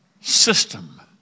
system